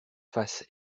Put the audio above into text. faces